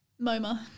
moma